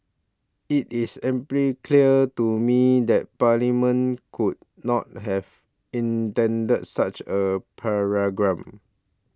it is amply clear to me that Parliament could not have intended such a